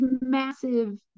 massive